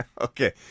Okay